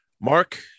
Mark